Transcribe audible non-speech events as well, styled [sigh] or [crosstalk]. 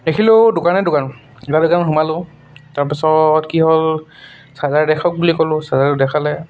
দেখিলো দোকানে দোকান [unintelligible] সোমালো তাৰপিছত কি হ'ল চাৰ্জাৰ দেখওক বুলি ক'লো চাৰ্জাৰ দেখালে